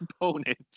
opponent